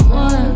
one